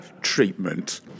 treatment